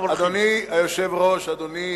אדוני היושב-ראש, אדוני